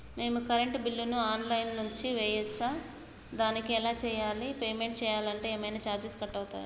మేము కరెంటు బిల్లును online నుంచి చేయచ్చా? దానికి ఎలా చేయాలి? పేమెంట్ చేయాలంటే ఏమైనా చార్జెస్ కట్ అయితయా?